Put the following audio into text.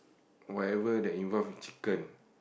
whatever that involve in chicken